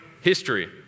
history